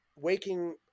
waking